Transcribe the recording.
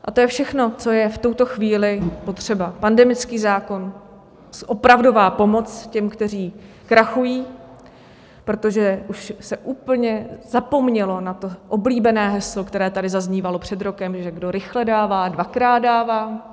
A to je všechno, co je v tuto chvíli potřeba, pandemický zákon, opravdová pomoc těm, kteří krachují, protože už se úplně zapomnělo na to oblíbené heslo, které tady zaznívalo před rokem, že kdo rychle dává, dvakrát dává.